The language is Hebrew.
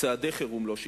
צעדי חירום לא שגרתיים,